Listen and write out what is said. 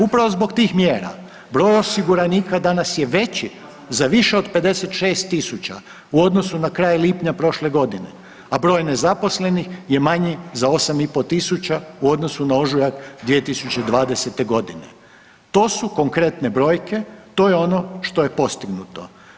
Upravo zbog tih mjera broj osiguranika danas je veći za više od 56.000 u odnosu na kraj lipnja prošle godine, a broj nezaposlenih je manji za 8.500 u odnosu na ožujak 2020.g. To su konkretne brojke, to je ono što je postignuto.